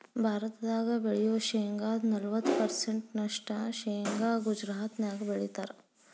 ಭಾರತದಾಗ ಬೆಳಿಯೋ ಶೇಂಗಾದ ನಲವತ್ತ ಪರ್ಸೆಂಟ್ ನಷ್ಟ ಶೇಂಗಾ ಗುಜರಾತ್ನ್ಯಾಗ ಬೆಳೇತಾರ